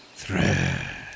Thread